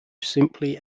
simply